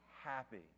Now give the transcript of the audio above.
happy